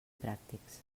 pràctics